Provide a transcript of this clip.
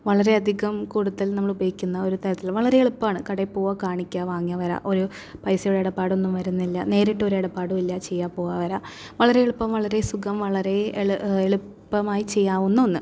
വളരെയധികം കൂടുതൽ നമ്മൾ ഉപയോഗിക്കുന്ന ഒരു തരത്തിലുള്ള വളരെ എളുപ്പമാണ് കടയിൽ പോകാ കാണിക്കുക വാങ്ങിയ വര ഒരു പൈസയുടെ ഇടപാടൊന്നും വരുന്നില്ല നേരിട്ടൊരു ഇടപാടുമില്ല ചെയ്യുക പോകാ വര വളരെ എളുപ്പം വളരെ സുഖം വളരെ എ എള് എളുപ്പമായി ചെയ്യാവുന്ന ഒന്ന്